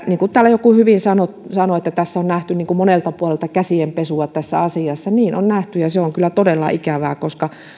niin kuin täällä joku hyvin sanoi tässä asiassa on nähty monilta puolilta käsienpesua niin on nähty ja se on kyllä todella ikävää